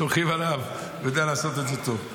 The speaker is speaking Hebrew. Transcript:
סומכים עליו, הוא ידע לעשות את זה טוב.